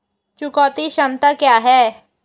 चुकौती क्षमता क्या है?